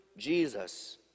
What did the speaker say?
Jesus